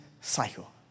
cycle